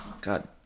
God